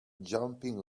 jumping